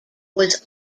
was